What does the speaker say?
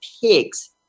pigs